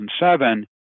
2007